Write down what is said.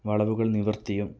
വളവുകൾ നിവർത്തിയും